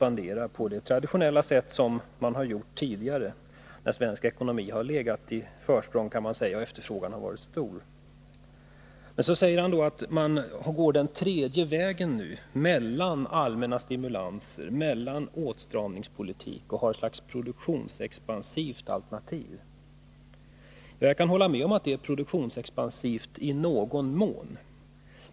Det gäller då en expansion på traditionellt sätt, som det var tidigare när svensk ekonomi hade ett försprång och efterfrågan var stor. Men sedan säger ekonomioch budgetministern att man väljer en tredje väg, mellan allmänna stimulanser och åtstramningspolitik. Man har ett slags produktionsexpansivt alternativ. Jag kan hålla med om att alternativet är produktionsexpansivt i någon mån.